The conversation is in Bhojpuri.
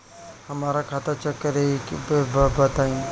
हमरा खाता चेक करे के बा बताई?